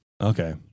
Okay